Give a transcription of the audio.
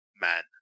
man